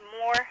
more